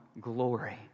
glory